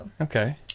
okay